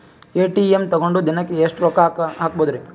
ATM ತಗೊಂಡ್ ದಿನಕ್ಕೆ ಎಷ್ಟ್ ರೊಕ್ಕ ಹಾಕ್ಬೊದ್ರಿ?